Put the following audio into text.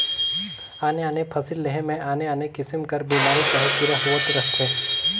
आने आने फसिल लेहे में आने आने किसिम कर बेमारी चहे कीरा होवत रहथें